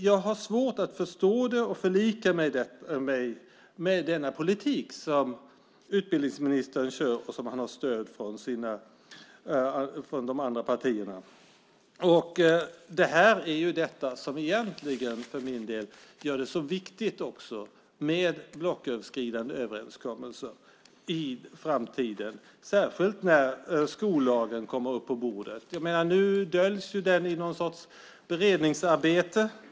Jag har svårt att förstå och förlika mig med den politik som utbildningsministern kör och som han har stöd för i de andra partierna. Det är detta som gör det så viktigt med blocköverskridande överenskommelser i framtiden, särskilt när skollagen kommer upp på bordet. Nu döljs den i någon sorts beredningsarbete.